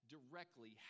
directly